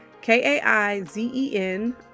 K-A-I-Z-E-N